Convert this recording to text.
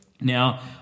Now